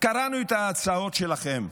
קראנו את ההצעות שלכם,